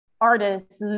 artists